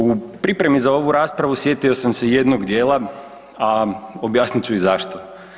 U pripremi za ovu raspravu sjetio sam se jednog dijela, a objasnit ću i zašto.